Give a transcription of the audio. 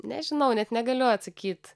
nežinau net negaliu atsakyt